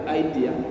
idea